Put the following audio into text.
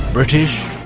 british,